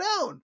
down